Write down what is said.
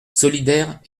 solidaire